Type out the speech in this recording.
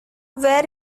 where